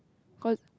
cause